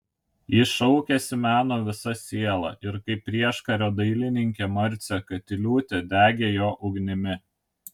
ji šaukėsi meno visa siela ir kaip prieškario dailininkė marcė katiliūtė degė jo ugnimi